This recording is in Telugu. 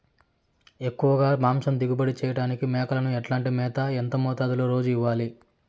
ఎక్కువగా మాంసం దిగుబడి చేయటానికి మేకలకు ఎట్లాంటి మేత, ఎంత మోతాదులో రోజు ఇవ్వాలి?